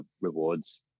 rewards